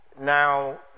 Now